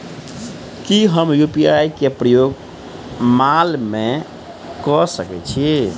की हम यु.पी.आई केँ प्रयोग माल मै कऽ सकैत छी?